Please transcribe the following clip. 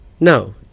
No